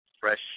fresh